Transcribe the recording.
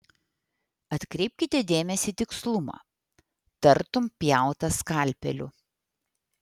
atkreipkite dėmesį į tikslumą tartum pjauta skalpeliu